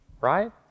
Right